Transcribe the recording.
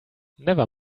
never